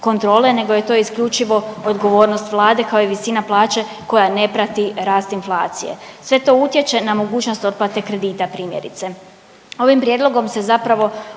kontrole, nego je to isključivo odgovornost Vlade kao i visina plaće koja ne prati rast inflacije. Sve to utječe na mogućnost otplate kredita primjerice. Ovim prijedlogom se zapravo